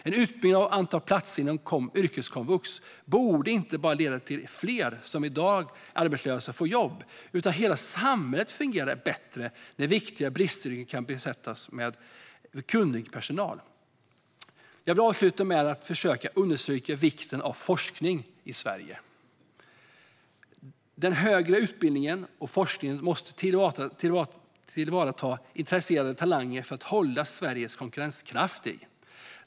En utbyggnad av antalet platser inom yrkeskomvux borde inte bara leda till att fler som i dag är arbetslösa får jobb utan att hela samhället fungerar bättre när viktiga bristyrken kan besättas med kunnig personal. Jag vill avsluta med att understryka vikten av forskning i Sverige. Den högre utbildningen och forskningen måste tillvarata intresserade talanger för att hålla Sverige konkurrenskraftigt.